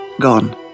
Gone